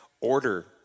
order